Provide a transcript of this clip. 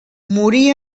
morí